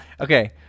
okay